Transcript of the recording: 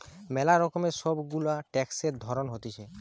ম্যালা রকমের সব গুলা ট্যাক্সের ধরণ হতিছে